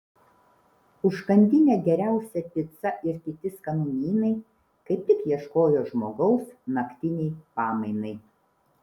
užkandinė geriausia pica ir kiti skanumynai kaip tik ieškojo žmogaus naktinei pamainai